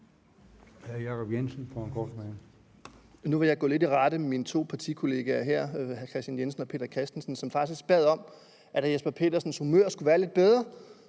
Nu vil jeg gå lidt i rette med mine to partikolleger her, hr. Kristian Jensen og hr. Peter Christensen, som faktisk bad om, at hr. Jesper Petersens humør skulle være lidt bedre.